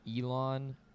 Elon